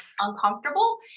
Uncomfortable